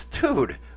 dude